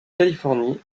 californie